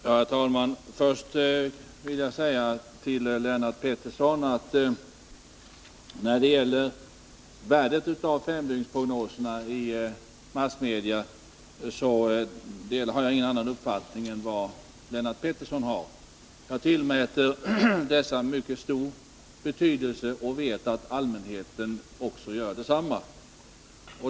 Herr talman! Först vill jag säga till Lennart Pettersson att när det gäller värdet av femdygnsprognoserna i massmedia har jag ingen annan uppfattning än vad han har. Jag tillmäter dessa en mycket stor betydelse, och jag vet att allmänheten gör detsamma.